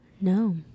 No